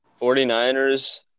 49ers